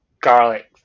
garlic